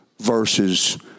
versus